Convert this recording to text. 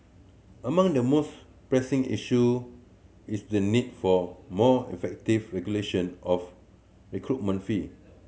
among the most pressing issue is the need for more effective regulation of recruitment fee